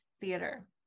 theater